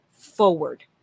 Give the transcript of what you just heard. forward